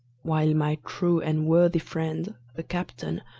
while my true and worthy friend, the captain,